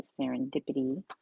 serendipity